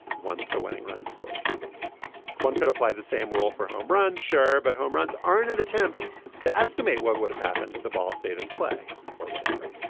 once the winning runs scored one could apply the same rule for home run. sure. but home runs aren't an attempt to estimate what would have happened had the ball stayed in play or whatever.